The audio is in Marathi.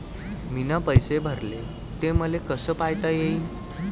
मीन पैसे भरले, ते मले कसे पायता येईन?